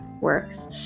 works